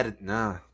Nah